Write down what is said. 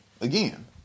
again